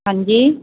ਹਾਂਜੀ